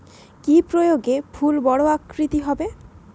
কি প্রয়োগে ফুল বড় আকৃতি হবে?